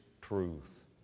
truth